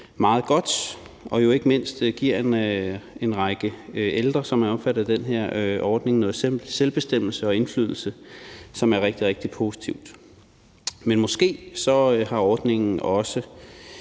meget godt og jo ikke mindst giver en række ældre, som er omfattet af den her ordning, noget selvbestemmelse og indflydelse, hvilket er rigtig, rigtig positivt. Men måske har ordningen også